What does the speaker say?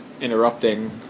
interrupting